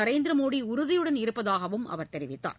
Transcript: நரேந்திரமோடிஉறுதியுடன் இருப்பதாகவும் அவர் தெரிவித்தார்